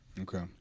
Okay